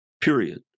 period